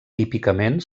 típicament